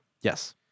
Yes